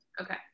Okay